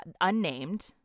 unnamed